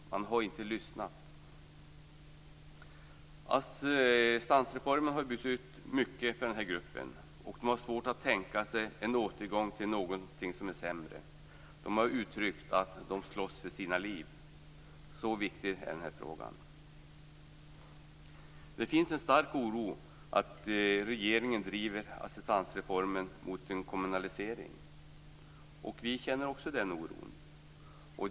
Man har inte lyssnat. Assistansreformen har betytt mycket för den här gruppen, och de berörda har svårt att tänka sig en återgång till någonting som är sämre. De har givit uttryck för att de slåss för sina liv. Så viktig är den här frågan. Det finns en stark oro att regeringen driver assistansreformen mot en kommunalisering. Vi känner också den oron.